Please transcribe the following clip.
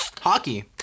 Hockey